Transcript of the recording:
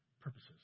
purposes